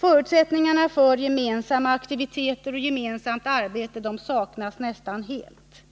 Förutsättningar för gemensamma aktiviteter och gemensamt arbete saknas nästan helt.